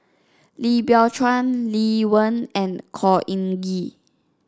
Lim Biow Chuan Lee Wen and Khor Ean Ghee